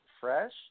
fresh